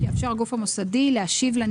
במקום "להתקשר"